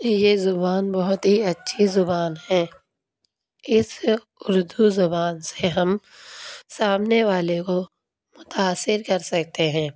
یہ زبان بہت ہی اچھی زبان ہے اس اردو زبان سے ہم سامنے والے کو متاثر کر سکتے ہیں